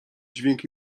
dźwięk